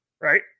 right